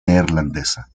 neerlandesa